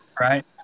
right